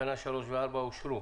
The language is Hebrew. תקנה 3 ו-4 אושרו.